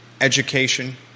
education